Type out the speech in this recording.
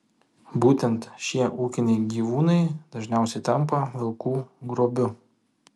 būtent šie ūkiniai gyvūnai dažniausiai tampa vilkų grobiu